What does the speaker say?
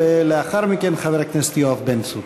לאחר מכן, חבר הכנסת יואב בן צור.